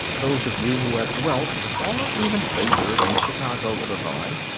those of you who have dwelt or even lingered in chicago, illinois,